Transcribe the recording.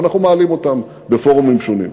ואנחנו מעלים אותן בפורומים שונים.